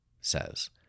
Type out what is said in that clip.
Says